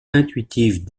intuitive